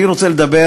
אני רוצה לדבר